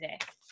today